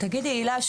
תגידי הילה,